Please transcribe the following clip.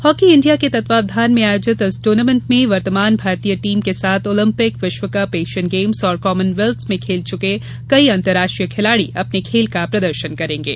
hockey India के तत्वाधान में आयोजित इस टूर्नामेंट में वर्तमान भारतीय टीम के साथ ओलपिंक विश्वकप एशियन गेम्स और कॉमनवेल्थ में खेल चुके कई अंतर्राष्ट्रीय खिलाड़ी अपने खेल का प्रदर्शन करेंगे